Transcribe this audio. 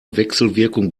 wechselwirkung